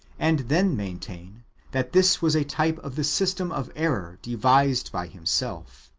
and then maintain that this was a type of the system of error devised by himself.